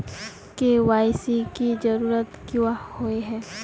KYC की जरूरत क्याँ होय है?